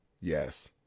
Yes